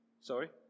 Sorry